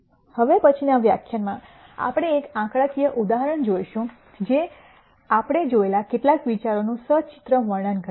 હવે પછીનાં વ્યાખ્યાનમાં આપણે એક આંકડાકીય ઉદાહરણ જોશું જે આપણે જોયેલા કેટલાક વિચારોનું સચિત્ર વર્ણન કરે છે